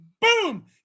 Boom